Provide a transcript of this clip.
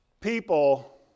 People